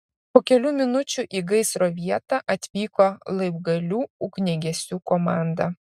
po kelių minučių į gaisro vietą atvyko laibgalių ugniagesių komanda